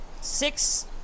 six